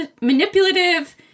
manipulative